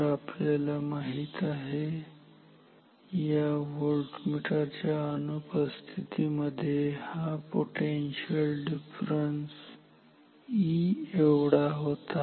तर आपल्याला माहित आहे या व्होल्टमीटर च्या अनुपस्थितीमध्ये हा पोटेन्शियल डिफरन्स E एवढा होता